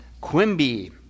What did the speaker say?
Quimby